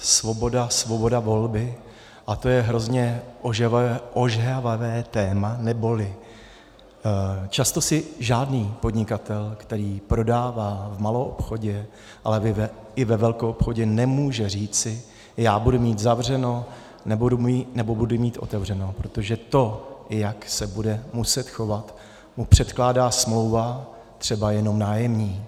Svoboda, svoboda volby, a to je hrozně ožehavé téma, neboli často si žádný podnikatel, který prodává v maloobchodě, ale i ve velkoobchodě, nemůže říci: já budu mít zavřeno, nebo budu mít otevřeno, protože to, jak se bude muset chovat, mu předkládá smlouva, třeba jenom nájemní.